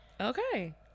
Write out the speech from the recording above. Okay